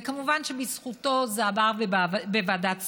וכמובן שבזכותו זה עבר בוועדת שרים,